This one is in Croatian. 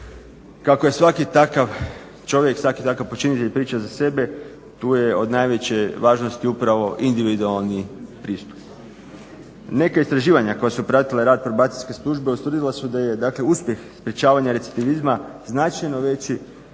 Kako je svaki takav čovjek svaki takav počinitelj priča za sebe tu je od najveće važnosti upravo individualni pristup. Neka istraživanja koja su pratila rad probacijske službe ustvrdile su da je uspjeh sprečavanja recidivizma značajno veći